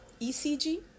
ECG